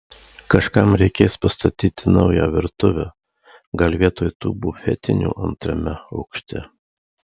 kažkam reikės pastatyti naują virtuvę gal vietoj tų bufetinių antrame aukšte